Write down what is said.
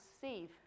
save